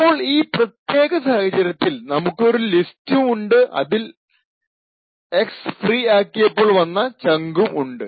ഇപ്പോൾ ഈ പ്രത്യേക സാഹചര്യത്തിൽ നമുക്കൊരു ലിസ്റ്റും ഉണ്ട് അതിൽ X ഫ്രീ ആക്കിയപ്പോൾ വന്ന ചങ്കും ഉണ്ട്